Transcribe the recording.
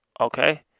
okay